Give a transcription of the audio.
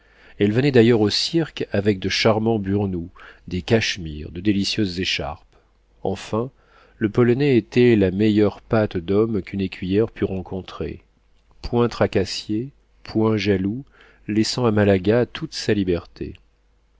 elle venait d'ailleurs au cirque avec de charmants burnous des cachemires de délicieuses écharpes enfin le polonais était la meilleure pâte d'homme qu'une écuyère pût rencontrer point tracassier point jaloux laissant à malaga toute sa liberté